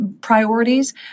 priorities